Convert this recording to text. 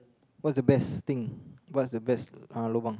what's the best thing what's the best uh lobang